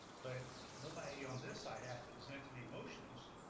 but nobody on this side has to present any motions,